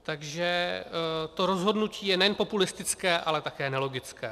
Takže to rozhodnutí je nejen populistické, ale také nelogické.